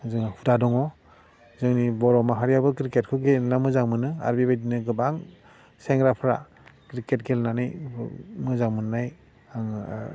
जोंहा हुदा दङ जोंनि बर' माहारियाबो क्रिकेटखौ गेलेना मोजां मोनो आरो बेबादिनो गोबां सेंग्राफ्रा क्रिकेट गेलेनानै मोजां मोन्नाय आङो